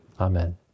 Amen